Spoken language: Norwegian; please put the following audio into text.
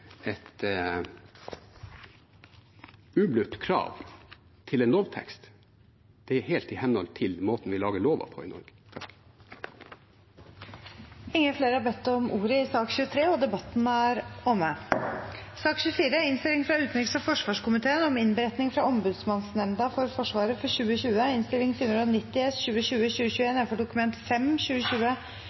et ublutt krav til en lovtekst. Det er helt i henhold til måten vi lager lover på i Norge. Flere har ikke bedt om ordet til sak nr. 23. Etter ønske fra utenriks- og forsvarskomiteen vil presidenten ordne debatten slik: 3 minutter til hver partigruppe og